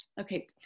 Okay